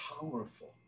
powerful